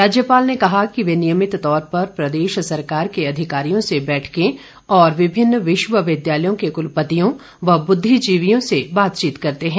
राज्यपाल ने कहा कि वे नियमित तौर पर प्रदेश सरकार के अधिकारियों से बैठकें और विभिन्न विश्वविद्यालयों के कुलपतियों व बुद्धिजीवियों से बातचीत करते हैं